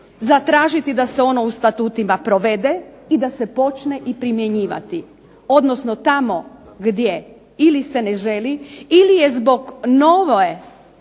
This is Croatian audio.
zatražiti da se ono u statutima provede i da se počne primjenjivati. Odnosno tamo gdje ili se ne želi, ili je zbog nove